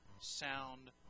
sound